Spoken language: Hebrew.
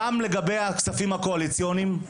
גם לגבי הכספים הקואליציוניים,